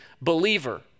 believer